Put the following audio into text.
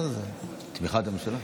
בתמיכת הממשלה.